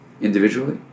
individually